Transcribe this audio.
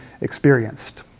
experienced